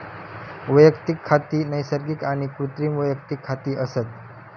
वैयक्तिक खाती नैसर्गिक आणि कृत्रिम वैयक्तिक खाती असत